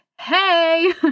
hey